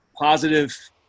positive